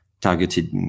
targeted